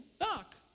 Knock